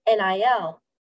NIL